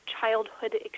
childhood